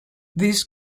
these